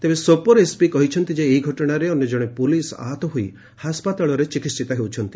ତେବେ ସୋପର ଏସ୍ପି କହିଛନ୍ତି ଯେ ଏହି ଘଟଣାରେ ଅନ୍ୟ କ୍ରଣେ ପୁଲିସ୍ ଆହତ ହୋଇ ହାସପାତାଳରେ ଚିକିିିିିତ ହେଉଛନ୍ତି